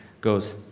goes